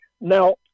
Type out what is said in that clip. now